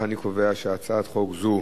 ההצעה להעביר את הצעת חוק לתיקון פקודת המשטרה (מס' 27)